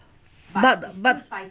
but but